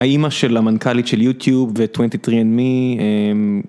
האימא של המנכלית של יוטיוב ו 23AndMe .